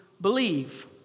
believe